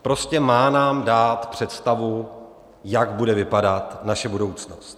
Prostě má nám dát představu, jak bude vypadat naše budoucnost.